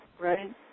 right